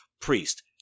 Priest